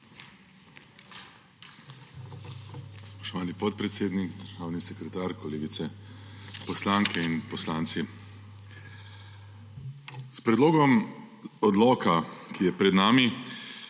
S predlogom odloka, ki je pred nami,